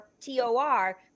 T-O-R